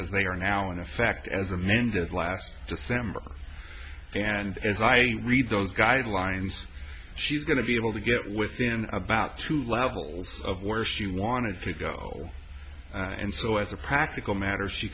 as they are now in effect as amended last december and as i read those guidelines she's going to be able to get within about two levels of where she i wanted to go and so as a practical matter she